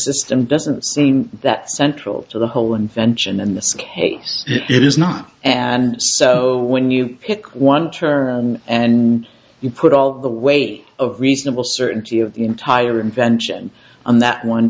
system doesn't seem that central to the whole invention in this case it is not and so when you pick one term and you put all the way of reasonable certainty of the entire invention on that one